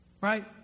Right